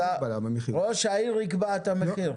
ראש העיר יקבע את המחיר.